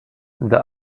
the